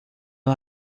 ela